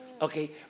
Okay